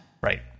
Right